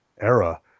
era